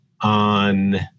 on